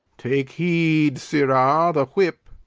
take heed, sirrah the whip.